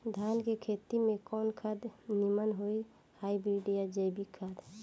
धान के खेती में कवन खाद नीमन होई हाइब्रिड या जैविक खाद?